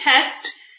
test